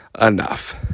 Enough